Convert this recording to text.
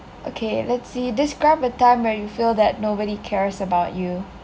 okay let's see describe a time where you feel that nobody cares about you